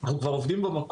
כבר עובדים במקום,